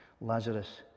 Lazarus